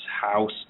house